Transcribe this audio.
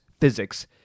Physics